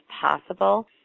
possible